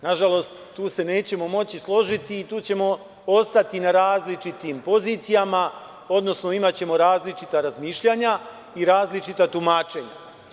Nažalost, tu se nećemo moći složiti i tu ćemo ostati na različitim pozicijama, odnosno imaćemo različita razmišljanja i različita tumačenja.